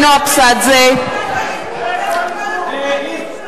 אני ביקשתי להוציא אותך.